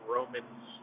Roman's